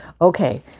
Okay